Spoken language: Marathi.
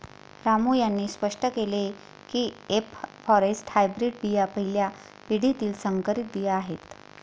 रामू यांनी स्पष्ट केले की एफ फॉरेस्ट हायब्रीड बिया पहिल्या पिढीतील संकरित बिया आहेत